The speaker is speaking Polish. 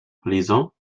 lizo